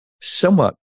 somewhat